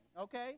okay